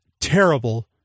terrible